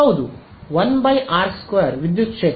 ಹೌದು 1 r೨ ವಿದ್ಯುತ್ ಕ್ಷೇತ್ರ